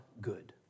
good